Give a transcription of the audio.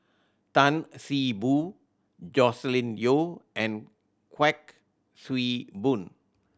Tan See Boo Joscelin Yeo and Kuik Swee Boon